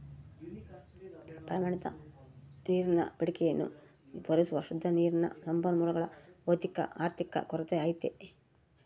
ಪ್ರಮಾಣಿತ ನೀರಿನ ಬೇಡಿಕೆಯನ್ನು ಪೂರೈಸುವ ಶುದ್ಧ ನೀರಿನ ಸಂಪನ್ಮೂಲಗಳ ಭೌತಿಕ ಆರ್ಥಿಕ ಕೊರತೆ ಐತೆ